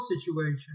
situation